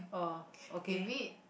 oh okay